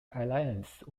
alliance